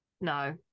no